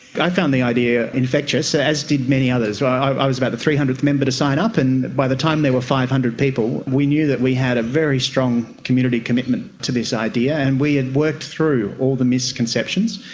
i found the idea infectious, as did many others. i was about the three hundredth member to sign up, and by the time there were five hundred people we knew that we had a very strong community commitment to this idea, and we had worked through all the misconceptions.